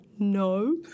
no